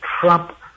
Trump